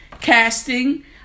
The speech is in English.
Casting